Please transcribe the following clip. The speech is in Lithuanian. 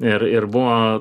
ir ir buvo